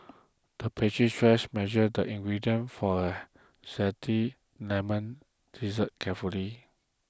the pastry chef measured the ingredients for a Zesty Lemon Dessert carefully